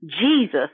Jesus